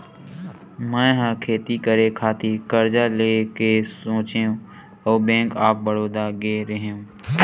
मै ह खेती करे खातिर करजा लेय के सोचेंव अउ बेंक ऑफ बड़ौदा गेव रेहेव